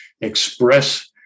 express